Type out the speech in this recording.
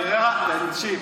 תקשיב,